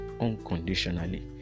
unconditionally